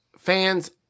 fans